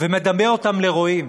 ומדמה אותם לרועים.